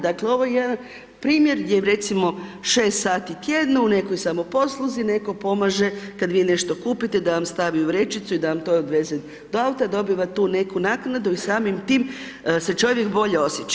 Dakle, ovo je jedan primjer, gdje recimo 6 sati tjedno u nekoj samoposluzi, netko pomaže, kada vi nešto kupite, da vam savi u vrećicu i da vam to doveze do auta, dobiva tu neku naknadu i samim time se čovjek bolje osjeća.